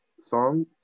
song